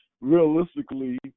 realistically